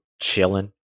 chilling